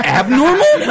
abnormal